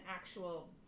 actual